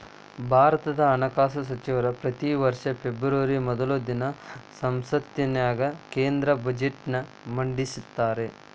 ಭಾರತದ ಹಣಕಾಸ ಸಚಿವರ ಪ್ರತಿ ವರ್ಷ ಫೆಬ್ರವರಿ ಮೊದಲ ದಿನ ಸಂಸತ್ತಿನ್ಯಾಗ ಕೇಂದ್ರ ಬಜೆಟ್ನ ಮಂಡಿಸ್ತಾರ